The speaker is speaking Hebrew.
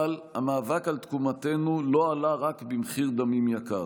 אבל המאבק על תקומתנו לא עלה רק בדמים, מחיר יקר,